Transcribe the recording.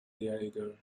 diego